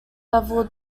level